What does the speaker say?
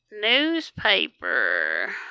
newspaper